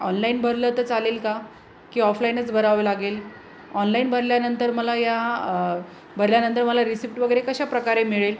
online भरलं तर चालेल का की ऑफलाईनच भरावं लागेल ऑनलाईन भरल्यानंतर मला या भरल्यानंतर मला रिसिप्ट वगैरे कशा प्रकारे मिळेल